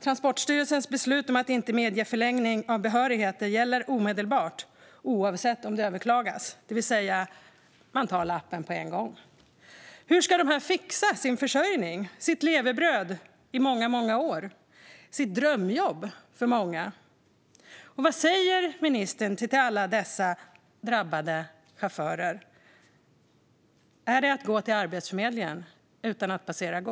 Transportstyrelsens beslut om att inte medge förlängning av behörigheter gäller omedelbart, oavsett om det överklagas. Man tar alltså lappen på en gång. Hur ska dessa människor fixa sin försörjning? De har haft detta som sitt levebröd under många år, och det är ett drömjobb för många. Vad säger ministern till alla dessa drabbade chaufförer? Är det bara att gå till Arbetsförmedlingen, utan att passera gå?